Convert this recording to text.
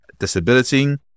disability